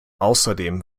außerdem